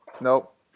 Nope